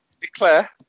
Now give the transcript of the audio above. Declare